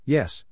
Yes